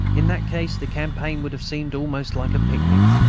in that case the campaign would have seemed almost like a picnic.